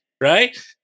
right